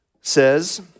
says